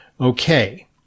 Okay